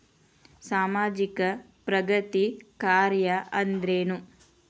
ಸಾಮಾಜಿಕ ಪ್ರಗತಿ ಕಾರ್ಯಾ ಅಂದ್ರೇನು?